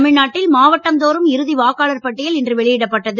தமிழ்நாட்டில் மாவட்டம் தோறும் இறுதிவாக்காளர் பட்டியல் இன்று வெளியிடப்பட்டது